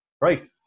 Right